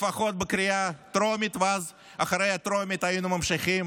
לפחות בקריאה טרומית, ואחרי הטרומית היינו ממשיכים